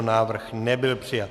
Návrh nebyl přijat.